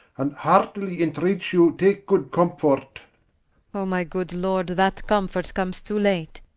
and heartily entreats you take good comfort o my good lord, that comfort comes too late,